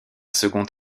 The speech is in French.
second